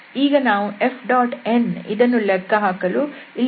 ಈಗ ನಾವು F⋅n ಇದನ್ನು ಲೆಕ್ಕ ಹಾಕಲು ಇಲ್ಲಿ Fಏನು